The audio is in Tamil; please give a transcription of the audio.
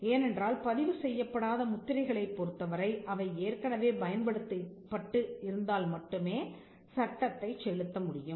ஏனென்றால் பதிவு செய்யப்படாத முத்திரைகளைப் பொறுத்தவரை அவை ஏற்கனவே பயன்படுத்தப்பட்டு இருந்தால் மட்டுமே சட்டத்தைச் செலுத்தமுடியும்